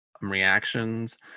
reactions